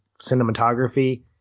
cinematography